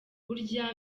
burya